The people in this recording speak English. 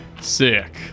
Sick